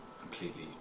completely